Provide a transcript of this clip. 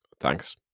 Thanks